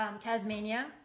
Tasmania